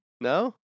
no